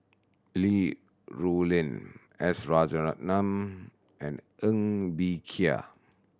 Li Rulin S Rajaratnam and Ng Bee Kia